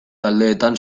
taldeetan